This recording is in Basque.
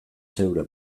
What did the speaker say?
zeure